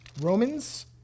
Romans